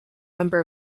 member